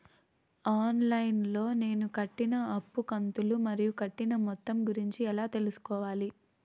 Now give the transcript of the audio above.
On line లో నేను కట్టిన అప్పు కంతులు మరియు కట్టిన మొత్తం గురించి ఎలా తెలుసుకోవాలి?